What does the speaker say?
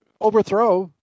overthrow